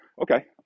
okay